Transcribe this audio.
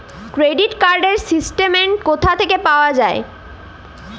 Credit card র statement কোথা থেকে পাওয়া যাবে?